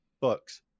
books